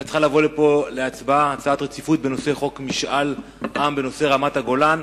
היתה צריכה לבוא להצבעה הצעת רציפות בנושא חוק משאל עם בנושא רמת-הגולן.